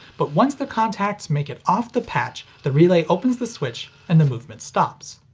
but once the contacts make it off the patch, the relay opens the switch, and the movement stops.